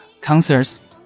concerts